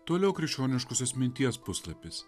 toliau krikščioniškosios minties puslapis